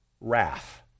wrath